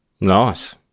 Nice